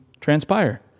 transpire